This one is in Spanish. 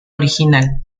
original